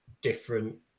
different